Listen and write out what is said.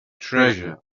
treasure